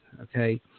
okay